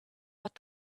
but